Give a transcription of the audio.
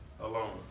alone